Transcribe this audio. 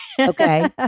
Okay